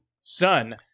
son